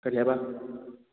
ꯀꯔꯤ ꯍꯥꯏꯕ